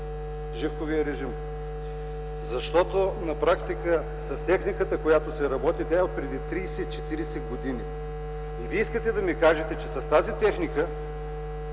Живковия режим, защото на практика с техниката, която се работи, тя е отпреди 30-40 години и Вие искате да ми кажете, че с тази техника